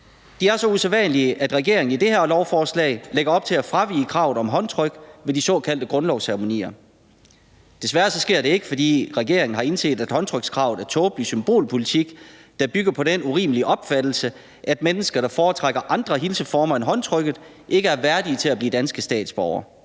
De er så usædvanlige, at regeringen i det her lovforslag lægger op til at fravige kravet om håndtryk ved de såkaldte grundlovsceremonier. Desværre sker det ikke, fordi regeringen har indset, at håndtrykskravet er tåbelig symbolpolitik, der bygger på den urimelige opfattelse, at mennesker, der foretrækker andre hilseformer end håndtrykket, ikke er værdige til at blive danske statsborgere.